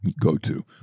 go-to